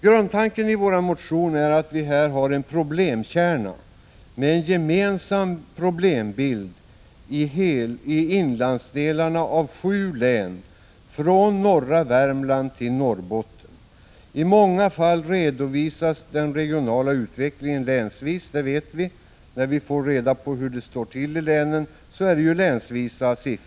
Grundtanken i vår motion är att vi här i inlandsdelarna har en problemkärna med en gemensam problembild av sju län, från norra Värmland till Norrbotten. I många fall redovisas den regionala utvecklingen länsvis. När vi får reda på hur det står till i länen redovisas ju siffrorna länsvis.